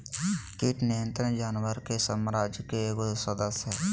कीट नियंत्रण जानवर के साम्राज्य के एगो सदस्य हइ